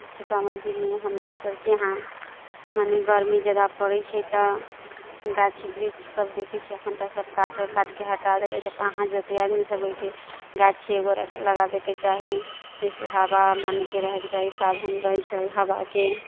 हम सीतामढ़ीमे हमरा सभकेँ इहाँ मने गर्मी जादा पड़ैत छै तऽ गाछ वृक्ष सभ देखैत छियै अखन तऽ सभ काटऽ काटिके हटा देलै तऽ कहाँ जतै आदमी सभ बैठे गाछी एगो लगाबैके चाही जइसे हवा मनेके रहैके चाही साधन रहैत छै हवाके